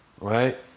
Right